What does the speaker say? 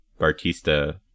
Bartista